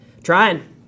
trying